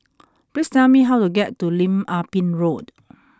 please tell me how to get to Lim Ah Pin Road